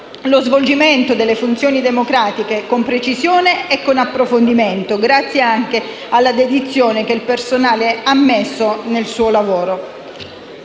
lo svolgimento delle funzioni democratiche con precisione e approfondimento, grazie anche alla dedizione che il personale ha messo nel suo lavoro.